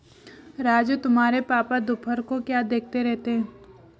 राजू तुम्हारे पापा दोपहर को क्या देखते रहते हैं?